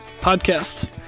Podcast